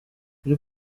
kuri